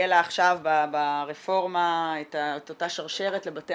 יהיה לה עכשיו ברפורמה את אותה שרשרת לבתי